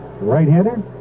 Right-hander